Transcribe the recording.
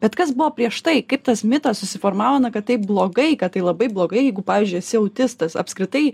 bet kas buvo prieš tai kaip tas mitas susiformavo na kad taip blogai kad tai labai blogai jeigu pavyzdžiui esi autistas apskritai